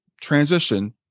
transition